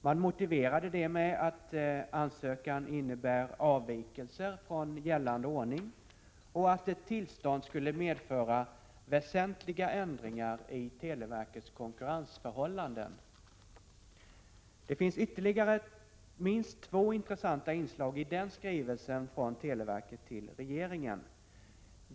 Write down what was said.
Man motiverade det med att ansökan innebär avvikelser från gällande ordning och att ett tillstånd skulle medföra väsentliga förändringar i televerkets konkurrensförhållanden. Det finns ytterligare minst två intressanta inslag i denna skrivelse från televerket till regeringen.